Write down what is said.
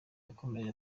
yakomeje